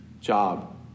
job